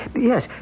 Yes